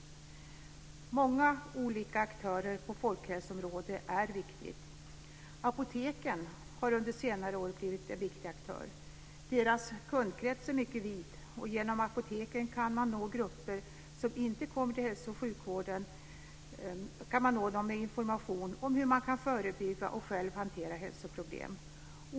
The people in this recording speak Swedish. Många olika aktörer på folkhälsoområdet är viktiga. Apoteken har under senare år blivit en viktig aktör. Deras kundkrets är mycket vid, och genom apoteken kan vi nå grupper som inte kommer till hälso och sjukvården med information om hur man kan förebygga och själv hantera hälsoproblem.